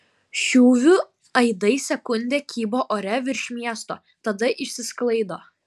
šūvių aidai sekundę kybo ore virš miesto tada išsisklaido